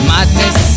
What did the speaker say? Madness